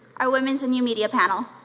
our women's in new media panel.